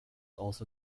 also